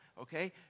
okay